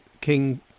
King